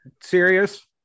serious